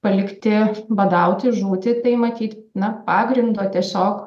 palikti badauti žūti tai matyt na pagrindo tiesiog